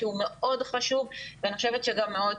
שהוא מאוד חשוב ואני חושבת שגם מאוד